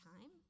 time